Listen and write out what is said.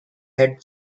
had